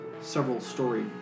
several-story